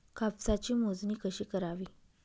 कापसाची मोजणी कशी करावी?